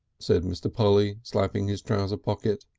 said mr. polly, slapping his trouser pocket.